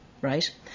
right